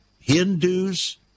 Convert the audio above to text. Hindus